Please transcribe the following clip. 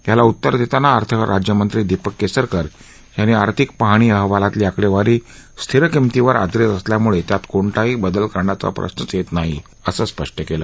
याला उत्तर देताना अर्थराज्यमंत्री दीपक केसरकर यांनी आर्थिक पाहणी अहवालातील आकडेवारी स्थिर किंमतीवर आधारित असल्यामुळे त्यात कोणताही बदल करण्याचा प्रश्रच येत नाही असं स्पष्ट केलं